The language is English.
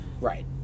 right